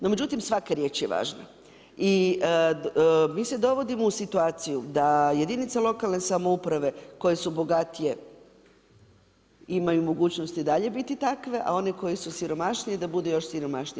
No međutim, svaka riječ je važna i mi se dovodimo u situaciju da jedinice lokalne samouprave koje su bogatije imaju mogućnosti i dalje biti takve a one koje su siromašnije da budu još siromašnije.